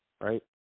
right